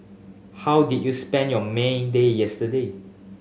how did you spend your May Day yesterday